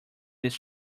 this